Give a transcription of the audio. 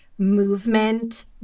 movement